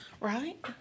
Right